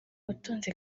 butunzi